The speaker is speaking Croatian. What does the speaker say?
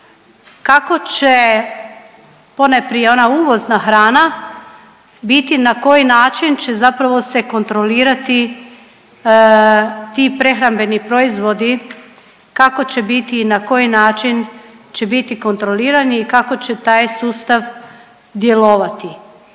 kako će ponajprije ona uvozna hrana biti, na koji način će zapravo se kontrolirati ti prehrambeni proizvodi, kako će biti i na koji način će biti kontrolirani i kako će taj sustav djelovati,